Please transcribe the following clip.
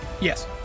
Yes